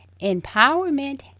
empowerment